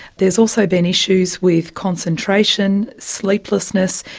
there has also been issues with concentration, sleeplessness,